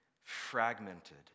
fragmented